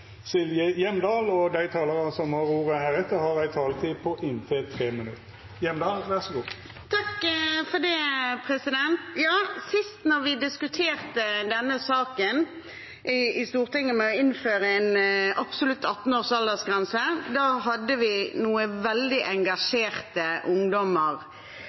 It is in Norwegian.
Replikkordskiftet er omme. Dei talarane som heretter får ordet, har også ei taletid på inntil 3 minutt. Sist vi diskuterte denne saken i Stortinget om å innføre en absolutt 18 års aldersgrense, hadde vi noen veldig